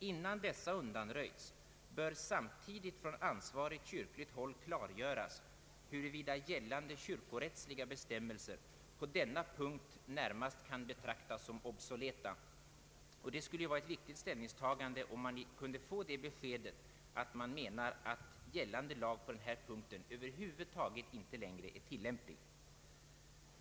Innan dessa undanröjts, bör samtidigt från ansvarigt kyrkligt håll klargöras, huruvida gällande kyrkorättsliga bestämmelser på denna punkt närmast kan betraktas som obsoleta.” Det skulle vara betydelsefullt om man kunde få beskedet att gällande lag på denna punkt över huvud taget inte längre kan anses tillämplig.